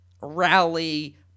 rally